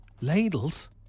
ladles